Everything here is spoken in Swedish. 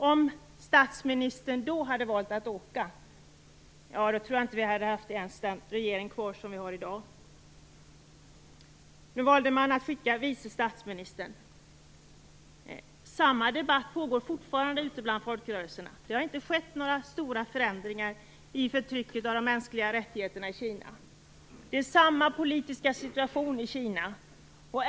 Om statsministern då hade valt att åka tror jag att vi inte ens skulle ha haft kvar den regering som vi har i dag. Man valde att skicka vice statsministern. Samma debatt pågår fortfarande ute bland folkrörelserna. Det har inte skett några stora förändringar i fråga om förtrycket av de mänskliga rättigheterna i Kina. Det är samma politiska situation i Kina.